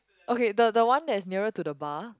okay the the one that is nearer to the bar